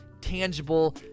tangible